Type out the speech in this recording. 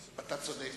אתה צודק.